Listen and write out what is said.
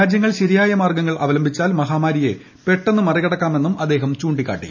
രാജ്യങ്ങൾ ശരിയായ മാർഗ്ഗങ്ങൾ അവലംബിച്ചാൽ മഹാമാരിയെ പെട്ടെന്ന് മറികടക്കാമെന്ന് അദ്ദേഹം ചൂണ്ടിക്കാട്ടി